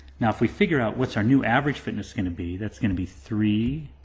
now if we figure out what's are new average fitness gonna be, that's gonna be three